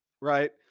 right